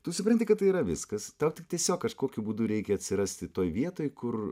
tu supranti kad tai yra viskas tau tik tiesiog kažkokiu būdu reikia atsirasti toj vietoj kur